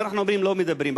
אז אנחנו אומרים: לא מדברים,